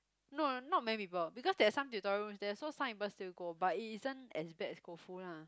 no not many people because there are some tutorial rooms there so some people still go but it isn't as bad as Koufu lah